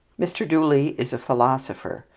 mr. dooley is a philosopher,